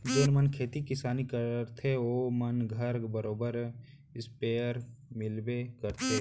जेन मन खेती किसानी करथे ओ मन घर बरोबर इस्पेयर मिलबे करथे